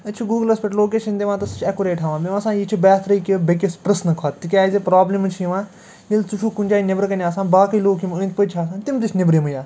أتی چھِ گوٗگٕلَس پٮ۪تھ لوکیشَن دِوان تہٕ سُہ چھِ اٮ۪کوٗریٹ ہاوان مےٚ باسان یہِ چھِ بہتری کہ بٮ۪کِس پرژھنہٕ کھۄتہٕ تِکیٛازِ پرابلِمٕز چھِ یِوان ییٚلہِ ژٕ چھُکھ کُنہِ جایہِ نٮ۪برٕ کَنہِ آسان باقٕے لُکھ یِم أندۍ پٔکۍ چھِ آسان تِم تہِ چھِ نٮ۪برِمٕے آسان